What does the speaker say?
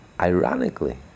Ironically